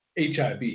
HIV